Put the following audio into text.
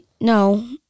No